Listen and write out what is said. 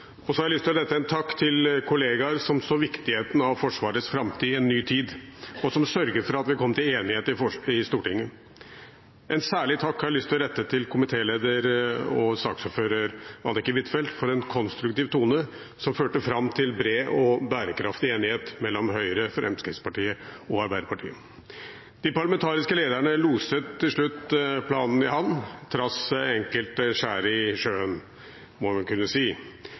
veivalg. Så har jeg lyst til å rette en takk til kollegaer som så viktigheten av Forsvarets framtid i en ny tid, og som sørget for at vi kom til enighet i Stortinget. En særlig takk har jeg lyst til å rette til komitéleder og saksordfører Anniken Huitfeldt for en konstruktiv tone som førte fram til bred og bærekraftig enighet mellom Høyre, Fremskrittspartiet og Arbeiderpartiet. De parlamentariske lederne loset til slutt planen i havn, trass enkelte skjær i sjøen – må man kunne si.